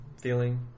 feeling